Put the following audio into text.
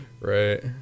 Right